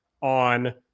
on